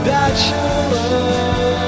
Bachelor